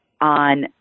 on